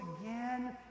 again